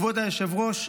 כבוד היושב-ראש,